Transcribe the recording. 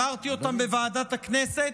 אמרתי אותם בוועדת הכנסת,